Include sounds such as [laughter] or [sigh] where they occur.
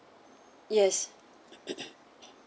yes [noise]